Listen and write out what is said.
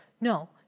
No